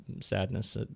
sadness